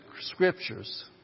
scriptures